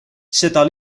seda